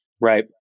Right